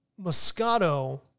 Moscato